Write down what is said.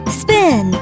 spin